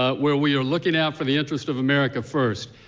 ah where we are looking out for the interest of america first.